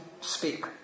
speak